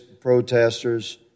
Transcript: protesters